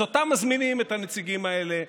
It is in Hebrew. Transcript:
אז מזמינים את הנציגים האלה,